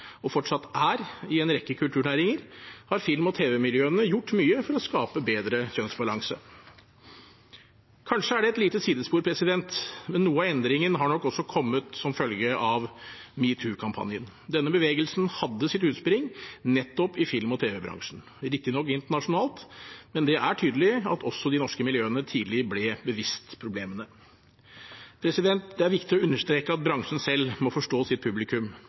og fortsatt er– i en rekke kulturnæringer, har film- og tv-miljøene gjort mye for å skape bedre kjønnsbalanse. Kanskje er det et lite sidespor, men noe av endringen har nok også kommet som følge av metoo-kampanjen. Denne bevegelsen hadde sitt utspring i nettopp film- og tv-bransjen – riktignok internasjonalt, men det er tydelig at også de norske miljøene tidlig ble bevisst på problemene. Det er viktig å understreke at bransjen selv må forstå sitt publikum.